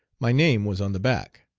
my name was on the back,